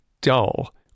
dull